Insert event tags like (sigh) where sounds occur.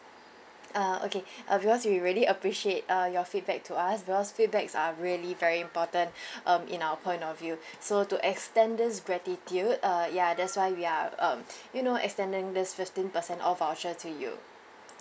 uh okay uh because we really appreciate uh your feedback to us because feedbacks are really very important (breath) um in our point of view so to extend this gratitude uh ya that's why we are um (breath) you know extending this fifteen percent off voucher to you